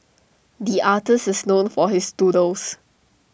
the artist is known for his doodles